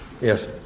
yes